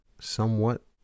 somewhat